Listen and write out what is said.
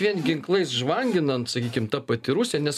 vien ginklais žvanginant sakykim ta pati rusija nes